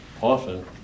often